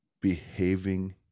behaving